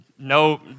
No